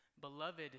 Beloved